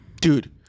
dude